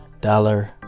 dollar